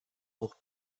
auch